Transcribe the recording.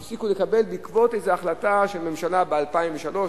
הם הפסיקו לקבל בעקבות איזו החלטה של ממשלה ב-2003,